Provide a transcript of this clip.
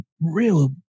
real